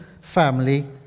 family